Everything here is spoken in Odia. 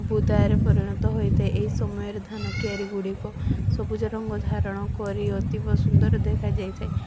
ବୁଦାରେ ପରିଣତ ହୋଇଥାଏ ଏଇ ସମୟରେ ଧାନ କିଆରୀଗୁଡ଼ିକ ସବୁଜ ରଙ୍ଗ ଧାରଣ କରି ଅତିବ ସୁନ୍ଦର ଦେଖାଯାଇଥାଏ